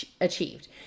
achieved